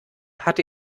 hatte